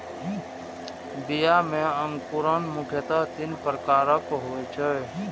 बीया मे अंकुरण मुख्यतः तीन प्रकारक होइ छै